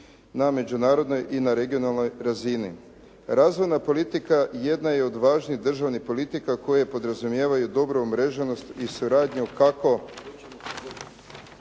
na međunarodnoj i regionalnoj razini. Razvojna politika jedna je od važnih državnih politika koje podrazumijevaju dobru umreženost i suradnju kako